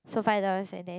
so five dollars and then